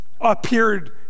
appeared